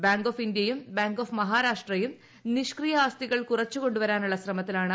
bank of ഇന്ത്യയും bank of മഹാരാഷ്ട്രയും നിഷ്ക്രിയ ആസ്തികൾ കുറച്ചു കൊണ്ടു വരാനുള്ള ശ്രമത്തിലാണ്